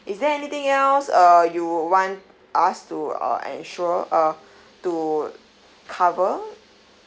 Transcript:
is there anything else uh you would want us to uh insure uh to cover